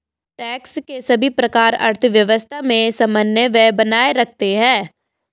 tax के सभी प्रकार अर्थव्यवस्था में समन्वय बनाए रखते हैं